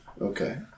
Okay